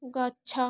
ଗଛ